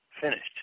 finished